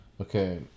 okay